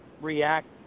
react